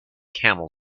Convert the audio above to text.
camel